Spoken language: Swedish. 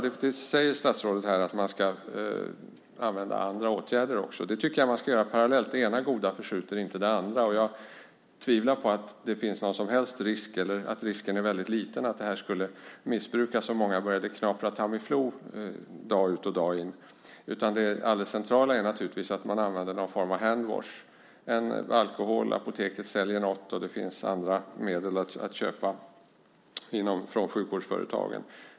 Statsrådet säger också att man ska använda andra åtgärder. Det tycker jag ska ske parallellt. Det ena goda förskjuter inte det andra. Jag tvivlar på att det finns någon som helst risk, eller så är risken mycket liten, för att detta ska missbrukas och folk börjar knapra Tamiflu dag ut och dag in. Det helt centrala är naturligtvis att använda någon form av hand-wash , alltså en alkoholhaltig vätska. Apoteket säljer något medel, och det finns andra att köpa från sjukvårdsföretagen.